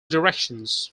directions